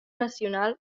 nacional